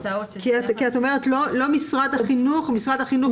את אומרת: משרד החינוך לא יכול.